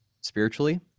spiritually